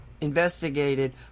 investigated